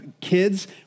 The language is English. kids